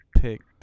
picked